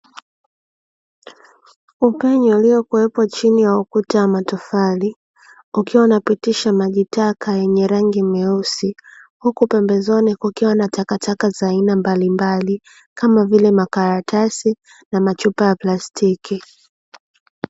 Upenyo uliokuwepo chini ya ukuta wa matofari, ukiwa unapitisha maji taka yenye rangi nyeusi huku pembezoni kukiwa na takataka za aina mbalimbali kama vile makaratasi na machupa ya plastiki.